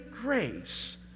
grace